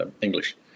English